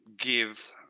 give